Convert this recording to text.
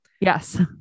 Yes